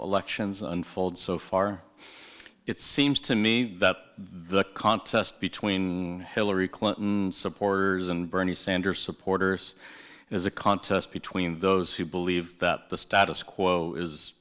elections unfold so far it seems to me that the contest between hillary clinton supporters and bernie sanders supporters is a contest between those who believe that the status quo is